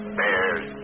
bears